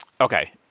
Okay